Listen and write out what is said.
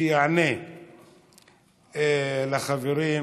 שיענה לחברים,